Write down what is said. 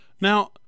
Now